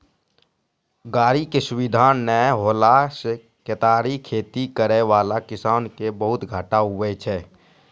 गाड़ी के सुविधा नै होला से केतारी खेती करै वाला किसान के बहुते घाटा हुवै छै